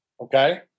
okay